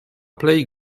plej